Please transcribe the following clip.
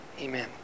amen